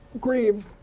grieve